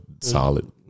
solid